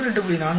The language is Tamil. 33 2